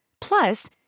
Plus